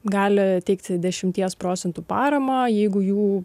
gali teikti dešimties procentų paramą jeigu jų